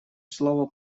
слово